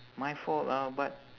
my fault ah but